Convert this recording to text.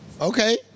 okay